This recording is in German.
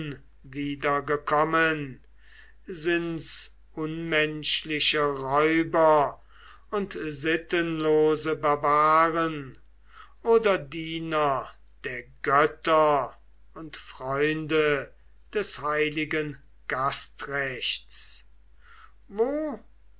wohnen ob unmenschliche räuber und sittenlose barbaren oder diener der götter und freunde des heiligen gastrechts also